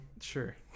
sure